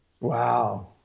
Wow